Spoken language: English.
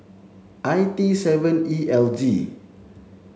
I T seven E L G